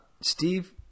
Steve